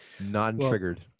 non-triggered